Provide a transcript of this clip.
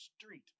street